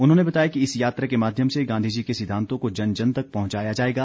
उन्होंने बताया कि इस यात्रा के माध्यम से गांधी जी के सिद्धांतों को जन जन तक पहुंचाया जाएगा